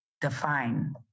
define